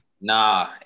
Nah